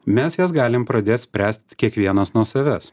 mes jas galim pradėt spręsit kiekvienas nuo savęs